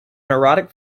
erotic